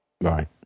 Right